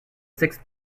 sixth